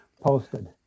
posted